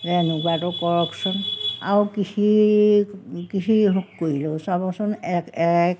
যে এনেকুৱাটো কৰকচোন আৰু কৃষি কৃষি কৰিলেও চাবচোন এক এক